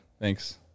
Thanks